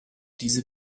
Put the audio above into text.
diese